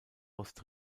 ost